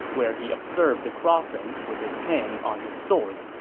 where he observed the crossing with his hand on his sword.